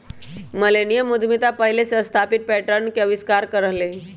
millennium उद्यमिता पहिले से स्थापित पैटर्न के अस्वीकार कर रहल हइ